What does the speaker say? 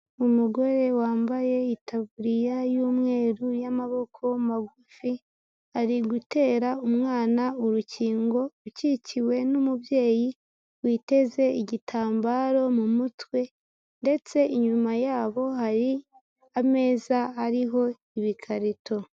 Umugore wambaye itaburiya y'umweru y'amaboko magufi, ari gutera umwana urukingo ukikiwe n'umubyeyi witeze igitambaro mu mutwe, ndetse inyuma yabo hari ameza hariho ibikarito.